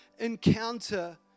encounter